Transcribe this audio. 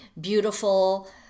beautiful